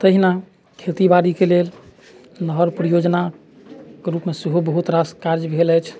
तहिना खेती बाड़ीके लेल नहर परियोजनाके रूपमे सेहो बहुत रास काज भेल अछि